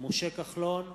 משה כחלון,